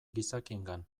gizakiengan